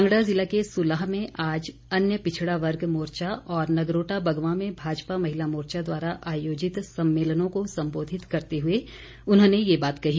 कांगड़ा जिला के सुलह में आज अन्य पिछड़ा वर्ग मोर्चा और नगरोटा बगवां में भाजपा महिला मोर्चा द्वारा आयोजित सम्मेलनों को संबोधित करते हुए उन्होंने ये बात कही